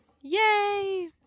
Yay